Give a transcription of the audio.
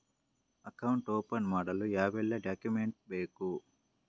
Account open ಮಾಡಲು ಯಾವೆಲ್ಲ document ಬೇಕು?